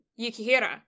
Yukihira